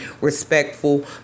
respectful